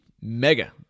mega